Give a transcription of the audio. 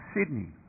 Sydney